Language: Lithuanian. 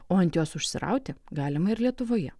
o ant jos užsirauti galima ir lietuvoje